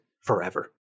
forever